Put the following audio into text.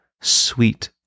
sweet